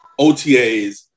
OTAs